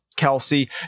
Kelsey